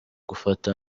gufata